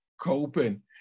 coping